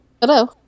Hello